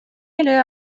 эле